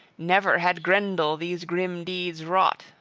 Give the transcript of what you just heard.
never had grendel these grim deeds wrought,